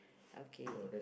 okay